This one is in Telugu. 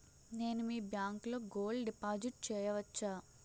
నేను మీ బ్యాంకులో గోల్డ్ డిపాజిట్ చేయవచ్చా?